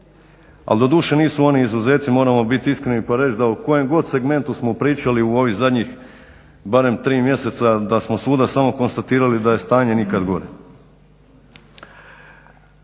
Ali doduše nisu oni izuzeci, moramo biti iskreni pa reći da u kojem god segmentu smo pričali u ovih zadnjih barem 3 mjeseca da smo svuda samo konstatirali da je stanje nikad gore.